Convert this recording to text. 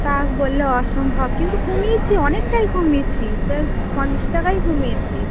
তা বললে অসম্ভব কিন্তু কমিয়েছি অনেকটাই কমিয়েছি প্রায় পঞ্চাশ টাকাই কমিয়েছি